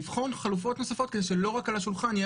לבחון חלופות נוספות כדי שלא רק על השולחן יהיה